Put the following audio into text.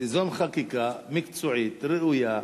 תיזום חקיקה מקצועית, ראויה,